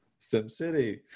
SimCity